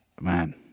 man